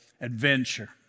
adventure